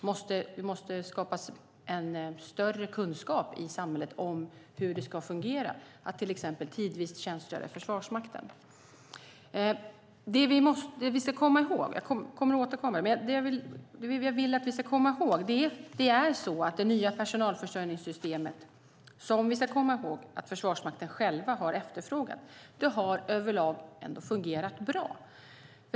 Det måste skapas en större kunskap i samhället till exempel om hur det ska fungera att tidvis tjänstgöra i Försvarsmakten. Det nya personalförsörjningssystemet, som vi ska komma ihåg att Försvarsmakten själv efterfrågat, har över lag fungerat bra.